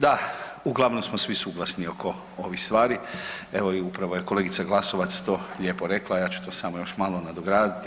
Da, uglavnom smo svi suglasni oko ovih stvar, evo upravo je i kolegica Glasovac to lijepo rekla, ja ću to samo još malo nadograditi.